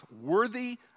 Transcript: worthy